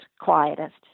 quietest